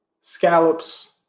scallops